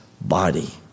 body